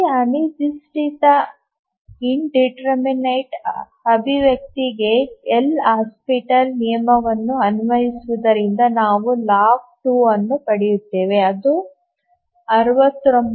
ಈ ಅನಿರ್ದಿಷ್ಟ ಅಭಿವ್ಯಕ್ತಿಗೆ ಎಲ್ ಹಾಸ್ಪಿಟಲ್ಸ್ Lhospitals ನಿಯಮವನ್ನು ಅನ್ವಯಿಸುವುದರಿಂದ ನಾವು ಲಾಗ್ 2 ಅನ್ನು ಪಡೆಯುತ್ತೇವೆ ಅದು 69